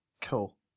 Cool